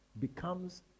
becomes